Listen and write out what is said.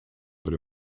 but